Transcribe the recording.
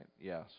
Yes